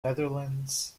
netherlands